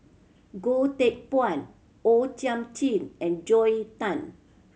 Goh Teck Phuan O Thiam Chin and Joel Tan